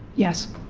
yes